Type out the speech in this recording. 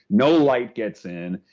no light gets in,